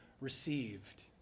received